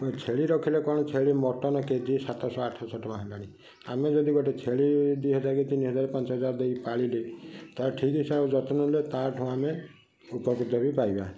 ଛେଳି ରଖିଲେ କ'ଣ ଛେଳି ମଟନ କେଜି ସାତଶହ ଆଠଶହ ଟଙ୍କା ହେଲାଣି ଆମେ ଯଦି ଗୋଟେ ଛେଳି ଦୁଇ ହଜାର କି ତିନି ହଜାର ପାଞ୍ଚ ହଜାର ଦେଇ ପାଳିଲେ ତା ଠିକ ହିସାବରେ ଯତ୍ନ ନେଲେ ତାଠୁ ଆମେ ଉପକୃତ ବି ପାଇବା